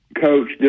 Coach